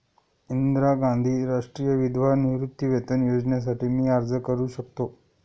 इंदिरा गांधी राष्ट्रीय विधवा निवृत्तीवेतन योजनेसाठी मी अर्ज करू शकतो?